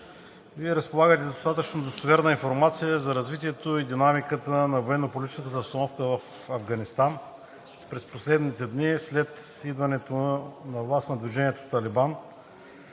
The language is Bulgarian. Вие разполагате с достатъчно достоверна информация за развитието и динамиката на военно-политическата обстановка в Афганистан през последните дни след идването на власт на движението „Талибан“,